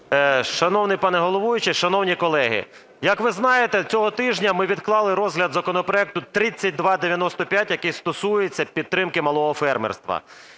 Шановний пане головуючий, шановні колеги, як ви знаєте, цього тижня ми відклали розгляд законопроекту 3295, який стосується підтримки малого фермерства,